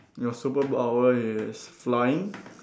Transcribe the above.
your superpower is flying